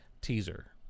teaser